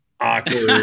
awkward